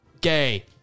gay